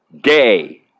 Day